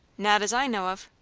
not as i know of.